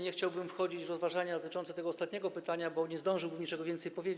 Nie chciałbym wchodzić w rozważania dotyczące tego ostatniego pytania, bo nie zdążyłbym niczego więcej powiedzieć.